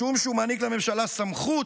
משום שהוא מעניק לממשלה סמכות